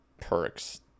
perks